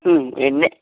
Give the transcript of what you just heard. ਇੰਨੇ